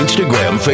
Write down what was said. Instagram